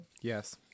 Yes